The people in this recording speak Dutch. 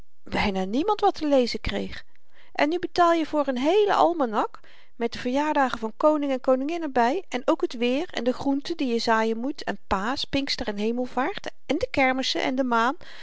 byna niemand wat te lezen kreeg en nu betaal je voor n heelen almanak met de verjaardagen van koning en koningin er by en ook t weer en de groenten die je zaaien moet en paasch pinkster en hemelvaart en de kermissen en de maan